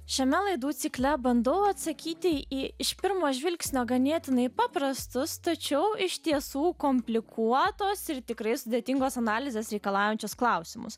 šiame laidų cikle bandau atsakyti į iš pirmo žvilgsnio ganėtinai paprastus tačiau iš tiesų komplikuotos ir tikrai sudėtingos analizės reikalaujančius klausimus